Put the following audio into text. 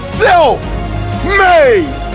self-made